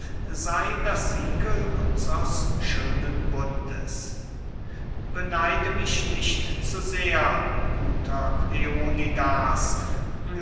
sey das siegel unsers schönen bundes beneide mich nicht zu sehr guter kleonidas